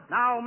Now